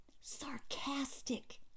sarcastic